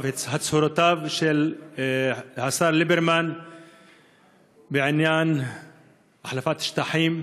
והצהרותיו של השר ליברמן בעניין החלפת שטחים.